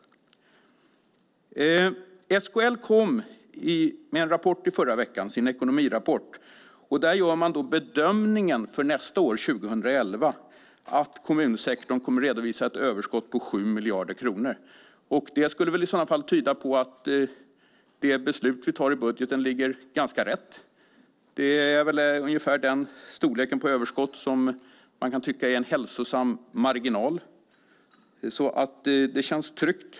SKL kom med sin ekonomirapport förra veckan. Där gör man bedömningen för nästa år, 2011, att kommunsektorn kommer att redovisa ett överskott på 7 miljarder kronor. Det skulle i så fall tyda på att det beslut som vi fattar om budgeten ligger ganska rätt. Det är väl ungefär den storleken på överskott som man kan tycka är en hälsosam marginal, så det känns tryggt.